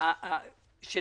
אנחנו